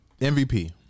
MVP